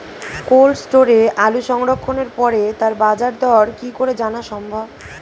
Cold স্টোরে আলু সংরক্ষণের পরে তার বাজারদর কি করে জানা সম্ভব?